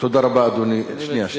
נשמח אם זה יעבור לוועדת הכספים.